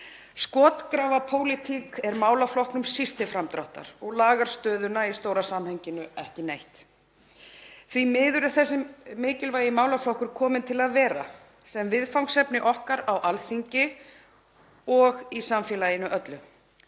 Skotgrafapólitík er málaflokknum síst til framdráttar og lagar stöðuna í stóra samhenginu ekki neitt. Því miður er þessi mikilvægi málaflokkur kominn til að vera sem viðfangsefni okkar á Alþingi og í samfélaginu öllu.